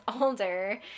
older